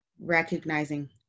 recognizing